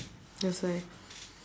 that's why